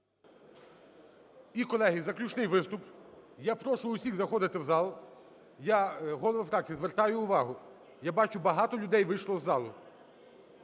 І, колеги, заключний виступ. Я прошу всіх заходити у зал. Я, голови фракцій, звертаю увагу: я бачу багато людей вийшло із залу.